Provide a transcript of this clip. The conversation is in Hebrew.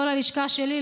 לא ללשכה שלי,